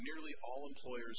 nearly all employers